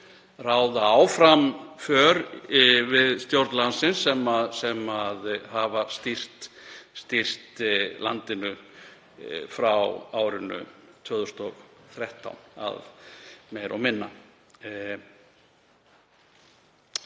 ráða áfram för við stjórn landsins sem hafa stýrt landinu frá árinu 2013, meira og minna.